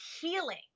healing